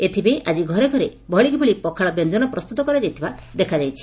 ଏଥପାଇଁ ଆଜି ଘରେ ଘରେ ଭଳିକି ଭଳି ପଖାଳ ବ୍ୟଞ୍ଚନ ପ୍ରସ୍ତୁତ କରାଯାଇଥିବା ଦେଖାଯାଇଛି